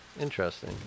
Interesting